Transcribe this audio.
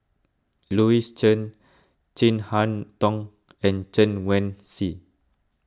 Louis Chen Chin Harn Tong and Chen Wen Hsi